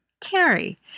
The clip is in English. Terry